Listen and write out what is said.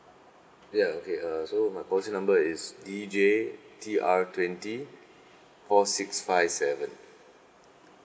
ya okay uh so my policy number is D J T R twenty four six five seven